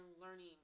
learning